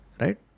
right